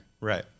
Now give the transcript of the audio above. right